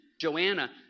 Joanna